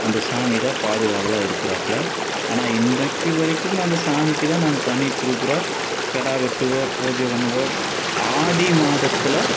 அந்த சாமிதான் பாதுகாவலாக இருக்கிறாப்புல ஆனால் இன்றைக்கு வரைக்கும் அந்த சாமிக்குதான் நாங்கள் பண்ணிட்டிருக்குறோம் கிடா வெட்டுவோம் பூஜை பண்ணுவோம் ஆடி மாதத்தில்